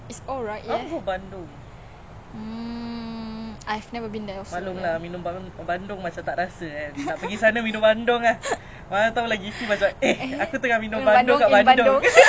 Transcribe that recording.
I mean eh that's a huge flex eh you want to like minum bandung I want to drink bandung in bandung like !wow! I mean if